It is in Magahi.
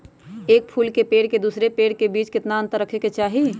एक फुल के पेड़ के दूसरे पेड़ के बीज केतना अंतर रखके चाहि?